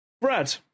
Brad